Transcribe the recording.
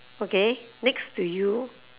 okay next to you